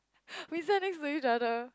we sat next to each other